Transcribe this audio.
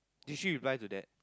did she reply to that